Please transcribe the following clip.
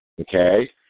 Okay